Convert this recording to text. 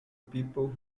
people